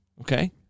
okay